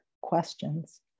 questions